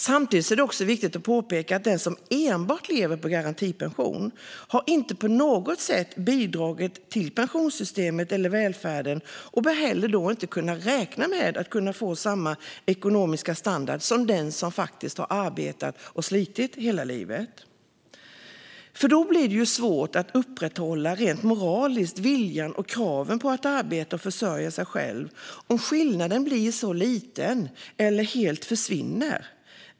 Samtidigt är det viktigt att påpeka att den som enbart lever på garantipension inte på något sätt har bidragit till pensionssystemet eller välfärden och då inte heller bör kunna räkna med att få samma ekonomiska standard som den som faktiskt har arbetat och slitit hela livet. Det blir svårt att rent moraliskt upprätthålla viljan och kraven på att arbeta och försörja sig själv om skillnaden blir för liten eller helt försvinner.